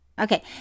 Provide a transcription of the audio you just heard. okay